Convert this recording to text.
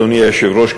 אדוני היושב-ראש,